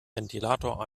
ventilator